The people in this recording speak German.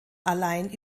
allein